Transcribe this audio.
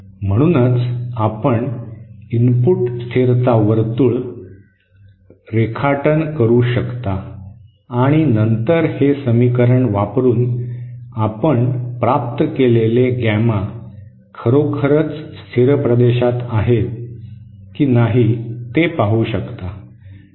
म्हणूनच आपण इनपुट स्थिरता वर्तुळ रेखाटन करू शकता आणि नंतर हे समीकरण वापरुन आपण प्राप्त केलेले गॅमा खरोखर स्थिर प्रदेशात आहे की नाही ते पाहू शकता